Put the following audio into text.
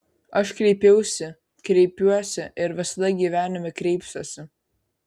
aš kreipiausi kreipiuosi ir visada gyvenime kreipsiuosi